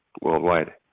worldwide